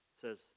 says